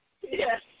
Yes